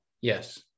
Yes